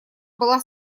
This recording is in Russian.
была